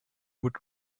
would